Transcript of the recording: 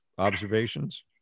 observations